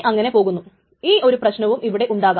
അങ്ങനെയാണെങ്കിൽ അവിടെ പ്രശ്നം ഉണ്ടാകുന്നില്ല